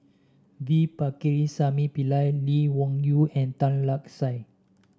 V Pakirisamy Pillai Lee Wung Yew and Tan Lark Sye